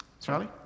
Charlie